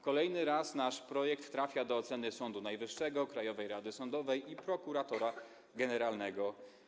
Kolejny raz nasz projekt trafia do oceny Sądu Najwyższego, Krajowej Rady Sądownictwa i prokuratora generalnego.